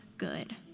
good